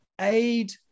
aid